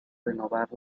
renovar